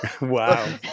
wow